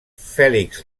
fèlix